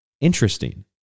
interesting